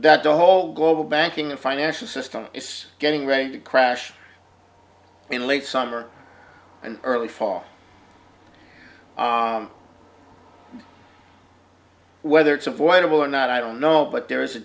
that the whole global banking and financial system is getting ready to crash in late summer and early fall whether it's avoidable or not i don't know but there is a